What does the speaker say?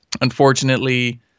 Unfortunately